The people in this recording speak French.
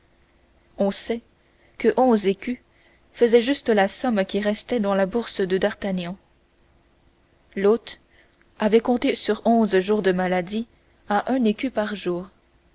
on sait que onze écus faisaient juste la somme qui restait dans la bourse de d'artagnan l'hôte avait compté sur onze jours de maladie à un écu par jour